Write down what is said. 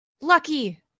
lucky